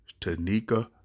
Tanika